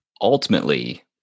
ultimately